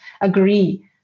agree